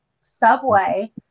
Subway